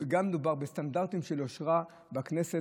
גם מדובר בסטנדרטים של יושרה בכנסת,